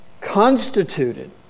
constituted